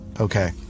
okay